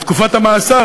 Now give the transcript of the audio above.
בתקופת המאסר,